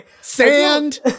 sand